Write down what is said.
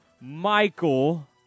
Michael –